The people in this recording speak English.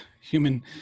Human